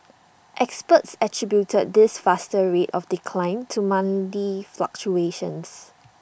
experts attributed this faster rate of decline to monthly fluctuations